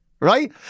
Right